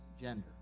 gender